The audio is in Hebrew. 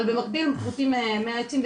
אבל במקביל אם כורתים 100 עצים,